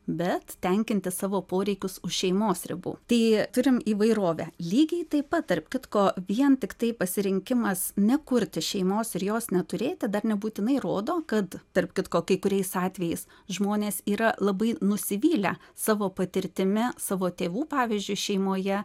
bet tenkinti savo poreikius už šeimos ribų tai turim įvairovę lygiai taip pat tarp kitko vien tiktai pasirinkimas nekurti šeimos ir jos neturėti dar nebūtinai rodo kad tarp kitko kai kuriais atvejais žmonės yra labai nusivylę savo patirtimi savo tėvų pavyzdžiui šeimoje